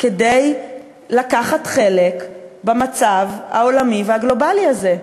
כדי לקחת חלק במצב העולמי והגלובלי הזה?